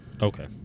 Okay